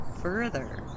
Further